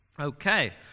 Okay